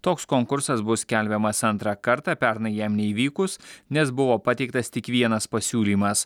toks konkursas bus skelbiamas antrą kartą pernai jam neįvykus nes buvo pateiktas tik vienas pasiūlymas